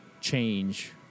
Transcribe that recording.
change